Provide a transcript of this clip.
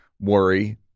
worry